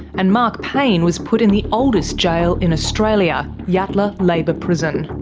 and mark payne was put in the oldest jail in australia, yatala labour prison.